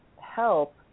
help